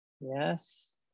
yes